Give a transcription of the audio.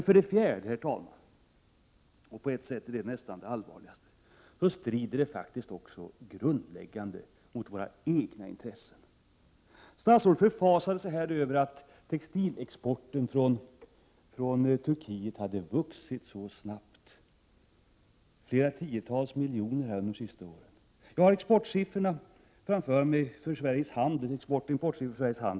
För det fjärde — och på ett sätt det allvarligaste — strider den här politiken faktiskt grundläggande mot våra egna intressen. Statsrådet förfasar sig över att textilexporten från Turkiet har vuxit så snabbt, med flera tiotals miljoner de senaste åren. Jag har siffrorna rörande Sveriges handel med Turkiet framför mig.